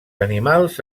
animals